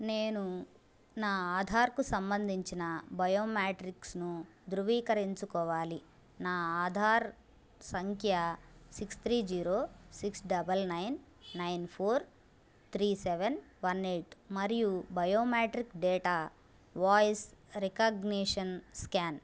నేను నా ఆధార్కు సంబంధించిన బయోమెట్రిక్స్ను ధృవీకరించుకోవాలి నా ఆధార్ సంఖ్య six three zero six double nine nine four three seven one eight మరియు biometric data voice recognition scan